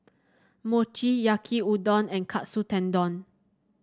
Mochi Yaki Udon and Katsu Tendon